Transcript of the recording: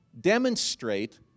demonstrate